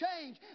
change